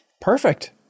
Perfect